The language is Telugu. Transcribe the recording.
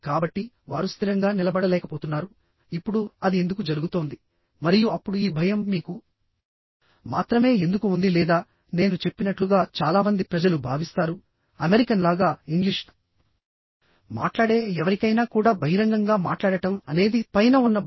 కాబట్టి వారు స్థిరంగా నిలబడలేకపోతున్నారు ఇప్పుడు అది ఎందుకు జరుగుతోంది మరియు అప్పుడు ఈ భయం మీకు మాత్రమే ఎందుకు ఉంది లేదా నేను చెప్పినట్లుగా చాలా మంది ప్రజలు భావిస్తారు అమెరికన్ లాగా ఇంగ్లీష్ మాట్లాడే ఎవరికైనా కూడా బహిరంగంగా మాట్లాడటం అనేది పైన ఉన్న భయం